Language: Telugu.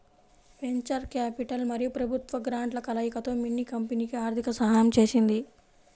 వెంచర్ క్యాపిటల్ మరియు ప్రభుత్వ గ్రాంట్ల కలయికతో మిన్నీ కంపెనీకి ఆర్థిక సహాయం చేసింది